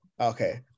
okay